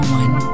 one